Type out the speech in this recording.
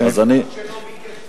מי שלא ביקש מראש.